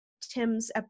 Tim's